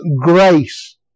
grace